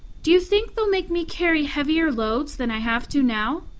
do you think they'll make me carry heavier loads than i have to now?